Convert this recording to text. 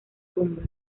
tumba